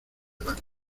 comarca